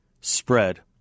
spread